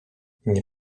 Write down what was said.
nie